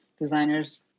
designers